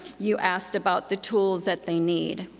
you asked about the tools that they need.